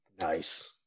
Nice